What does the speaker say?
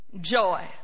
Joy